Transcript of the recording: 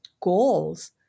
goals